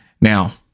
Now